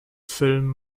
film